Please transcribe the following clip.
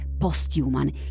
post-human